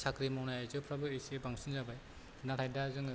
साख्रि मावनाय आइजोफोराबो एसे बांसिन जाबाय नाथाय दा जोङो